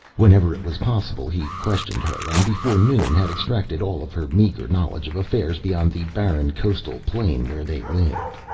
whenever it was possible he questioned her and before noon had extracted all of her meager knowledge of affairs beyond the barren coastal plain where they lived.